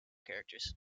characters